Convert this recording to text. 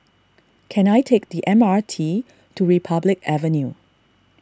can I take the M R T to Republic Avenue